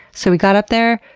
so he got up there,